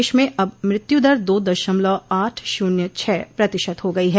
देश में अब मृत्यु दर दो दशमलव आठ शून्य छह प्रतिशत हो गई है